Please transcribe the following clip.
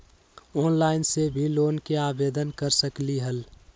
Online से भी loan के आवेदन कर सकलीहल?